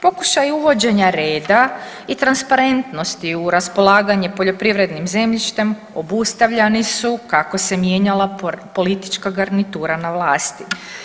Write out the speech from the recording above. Pokušaj uvođenja reda i transparentnosti u raspolaganje poljoprivrednim zemljištem obustavljani su kako se mijenjala politička garnitura na vlasti.